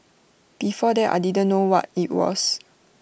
before that I didn't know what IT was